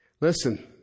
Listen